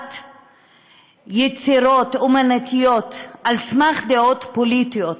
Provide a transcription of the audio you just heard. פסילת יצירות אמנות על סמך דעות פוליטיות,